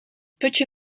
putje